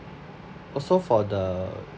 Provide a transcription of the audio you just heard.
also for the